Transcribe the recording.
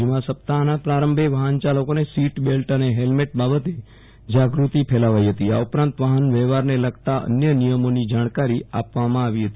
ભુજમાં સપ્તાહના પ્રારંભે વાહન ચાલકોને સીટ બેલ્ટ અને હેલ્મેટ બાબતે જાગૃતિ ફેલાવાઈ હતી આ ઉપરાંત વાહન વ્યવહારને લગતા નિયમોની જાણકારી આપવામાં આવી હતી